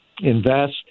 invest